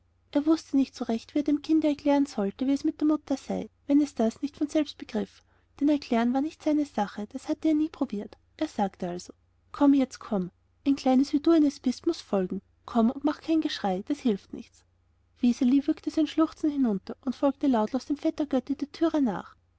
er wußte nicht recht wie er dem kinde erklären sollte wie es mit seiner mutter sei wenn es das nicht von selbst begriff denn erklären war nicht seine sache das hatte er nie probiert er sagte also komm jetzt komm ein kleines wie du eins bist muß folgen komm und mach nur kein geschrei das hilft gar nichts wiseli würgte sein schluchzen hinunter und folgte lautlos dem vetter götti durch die tür nach